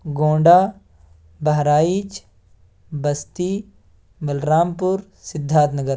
Gonda Bahraich Basti Balrampur Siddharth Nagar